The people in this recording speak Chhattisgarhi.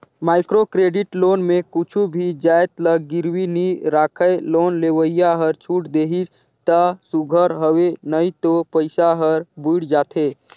माइक्रो क्रेडिट लोन में कुछु भी जाएत ल गिरवी नी राखय लोन लेवइया हर छूट देहिस ता सुग्घर हवे नई तो पइसा हर बुइड़ जाथे